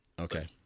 Okay